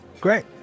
great